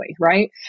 right